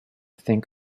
think